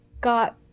got